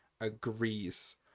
agrees